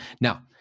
Now